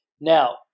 Now